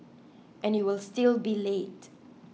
and you will still be late